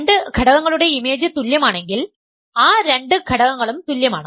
രണ്ട് ഘടകങ്ങളുടെ ഇമേജ് തുല്യമാണെങ്കിൽ ആ രണ്ട് ഘടകങ്ങളും തുല്യമാണ്